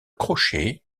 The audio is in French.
crochet